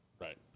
Right